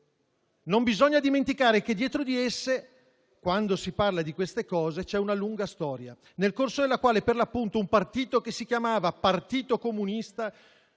«Non bisogna dimenticare che dietro di esse, quando si parla di queste cose, c'è una lunga storia, nel corso della quale, per l'appunto, un partito che si chiamava Partito comunista